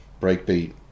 breakbeat